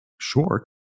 short